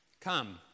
Come